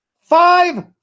five